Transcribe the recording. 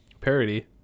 Parody